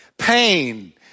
Pain